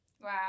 Wow